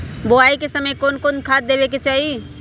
बोआई के समय कौन खाद देवे के चाही?